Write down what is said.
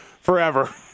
forever